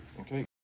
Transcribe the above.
Okay